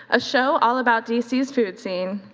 a show all about dc's food scene.